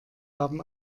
haben